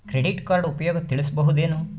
Credit card ಉಪಯೋಗ ತಿಳಸಬಹುದೇನು?